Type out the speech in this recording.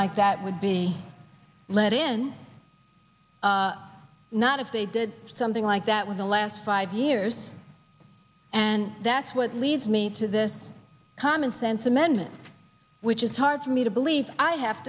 like that would be let in not if they did something like that with the last five years and that's what leads me to this commonsense amendment which is hard for me to believe i have